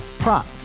Prop